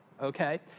Okay